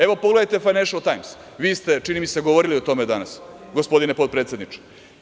Evo pogledajte Fajnešl tajms, vi ste, čini mi se, govorili o tome danas, gospodine potpredsedniče.